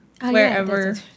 Wherever